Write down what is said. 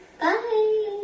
Bye